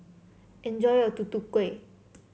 enjoy your Tutu Kueh